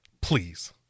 please